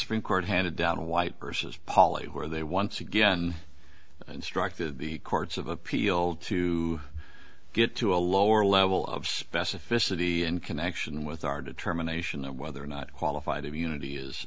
supreme court handed down a white vs poly where they once again instructed the courts of appeal to get to a lower level of specificity in connection with our determination of whether or not qualified immunity is